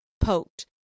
poked